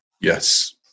Yes